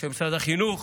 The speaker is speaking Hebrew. של משרד החינוך,